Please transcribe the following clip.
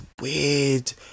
weird